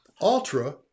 Ultra